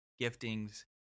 giftings